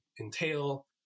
entail